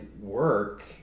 work